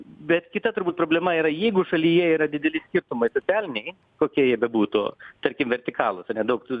bet kita turbūt problema yra jeigu šalyje yra dideli skirtumai socialiniai kokie jie bebūtų tarkim vertikalūs ane daug tų